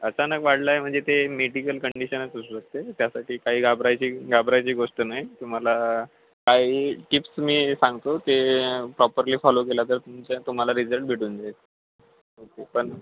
अचानक वाढला आहे म्हणजे ते मेडिकल कंडिशनच होऊ शकते त्यासाठी काही घाबरायची घाबरायची गोष्ट नाही तुम्हाला काही टिप्स मी सांगतो ते प्रॉपरली फॉलो केला तर तुमच्या तुम्हाला रिझल्ट भेटून जाईल ओके पण